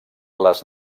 les